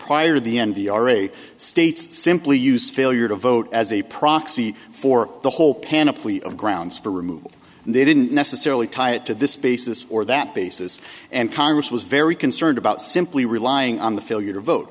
prior to the end the already states simply use failure to vote as a proxy for the whole panoply of grounds for removal and they didn't necessarily tie it to this basis or that basis and congress was very concerned about simply relying on the failure to vote